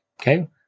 Okay